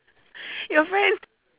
your friend